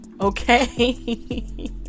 okay